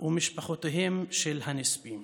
ומשפחותיהם של הנספים.